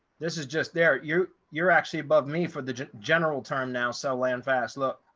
this is just there you're you're actually above me for the general term now. so land fast look,